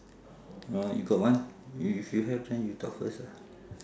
orh you got one i~ if you have then you talk first ah